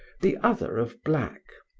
the other of black.